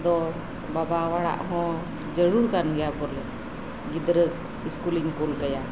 ᱟᱫᱚ ᱵᱟᱵᱟ ᱦᱚᱲᱟᱜ ᱦᱚᱸ ᱡᱟᱹᱨᱩᱲ ᱠᱟᱱᱜᱮᱭᱟ ᱵᱚᱞᱮ ᱜᱤᱫᱽᱨᱟᱹ ᱤᱥᱠᱩᱞᱤᱧ ᱠᱩᱞ ᱠᱟᱭᱟ